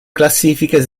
classifiche